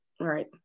right